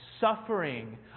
suffering